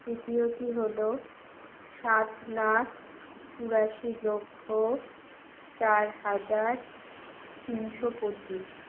তৃতীয়টি হল সাত লাখ চুরাশি লক্ষ চার হাজার তিনশো পঁচিশ